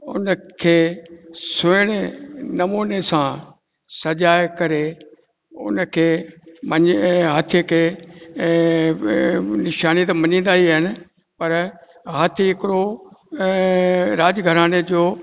उन खे स्वर्णीय नमूने सां सजाए करे उनखे मने हाथीअ खे बि निशानी त मञींदा ई आहिनि पर हाथी हिकिड़ो राजघराने जो